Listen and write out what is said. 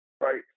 right